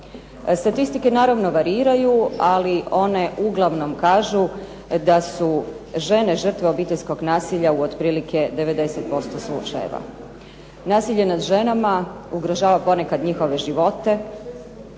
Statistike naravno variraju, ali one uglavnom kažu da su žene žrtve obiteljskog nasilja u otprilike 90% slučajeva. Nasilje nad ženama ugrožava ponekad njihove živote,